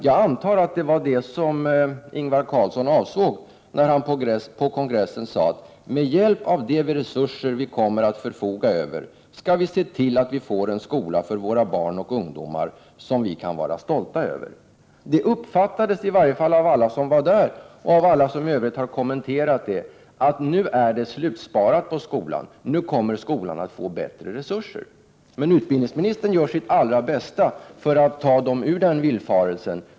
Jag antar att det var det som Ingvar Carlsson avsåg, när han på kongressen sade: Med hjälp av de resurser vi kommer att förfoga över skall vi se till att vi får en skola för våra barn och ungdomar som vi kan vara stolta över. Det uppfattades i varje fall av alla som var där och av alla som i övrigt har kommenterat det som att nu är det slutsparat på skolans område, nu kommer skolan att få bättre resurser. Men utbildningsministern gör sitt allra bästa för att ta dem ur den villfarelsen.